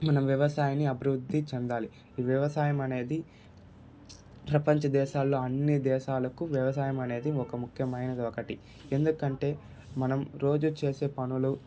మనం వ్యవసాయాన్ని అభివృద్ధి చెందాలి ఈ వ్యవసాయం అనేది ప్రపంచదేశాలలో అన్నీ దేశాలకు వ్యవసాయం అనేది ఒక ముఖ్యమైనదొకటి ఎందుకంటే మనం రోజు చేసే పనులు